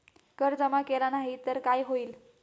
कर जमा केला नाही तर काय होईल?